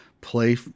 play